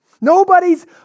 Nobody's